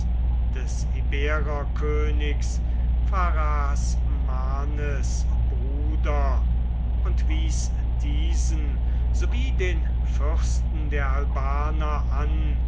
des ibererkönigs pharasmanes bruder und wies diesen sowie den fürsten der albaner an